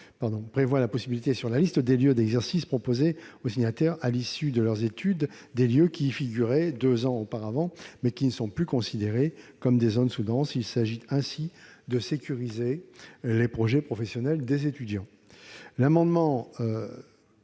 prévoit la possibilité de maintenir sur la liste des lieux d'exercice qui sont proposés aux signataires à l'issue de leurs études des lieux qui y figuraient deux ans auparavant, mais qui ne sont plus considérés comme des zones sous-denses. Cette mesure a pour objet de sécuriser les projets professionnels des étudiants. Ces amendements